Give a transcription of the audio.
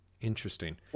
Interesting